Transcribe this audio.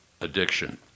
addiction